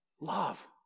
Love